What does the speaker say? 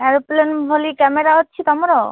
aeroplane ଭଳି camera ଅଛି ତମର